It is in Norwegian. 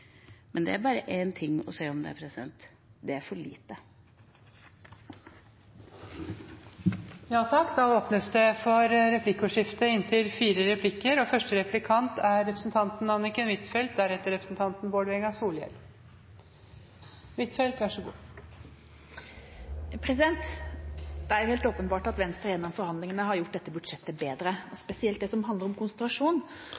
Men det er bare én ting å si om det: Det er for lite. Det åpnes for replikkordskifte. Det er helt åpenbart at Venstre gjennom forhandlingene har gjort dette budsjettet bedre,